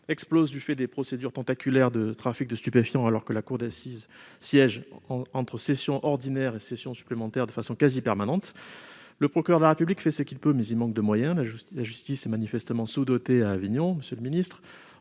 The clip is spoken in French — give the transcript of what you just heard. explose du fait des procédures tentaculaires de trafic de stupéfiants, alors que la cour d'assises, entre session ordinaire et sessions supplémentaires, siège de façon quasi permanente. Le procureur de la République fait ce qu'il peut, mais il manque de moyens. Manifestement, la justice est sous-dotée à Avignon. Monsieur le garde